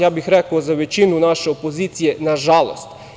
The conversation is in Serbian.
Ja bih rekao za većinu naše opozicije, nažalost.